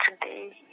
today